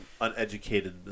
uneducated